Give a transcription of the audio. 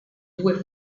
due